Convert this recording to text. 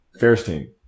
Fairstein